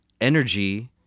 energy